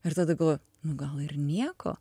ir tada galvoji nu gal ir nieko